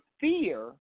fear